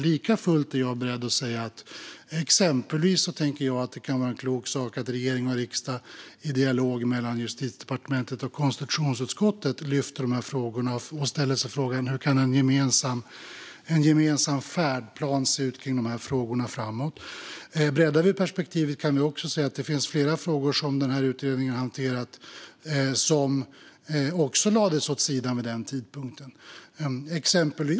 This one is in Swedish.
Likafullt tror jag att det kan vara klokt att regering och riksdag i dialog mellan Justitiedepartementet och konstitutionsutskottet lyfter de här frågorna och hur en gemensam färdplan kan se ut. Breddar vi perspektivet kan vi säga att det finns flera frågor som den här utredningen hanterade men som lades åt sidan vid den tidpunkten.